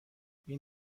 این